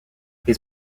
his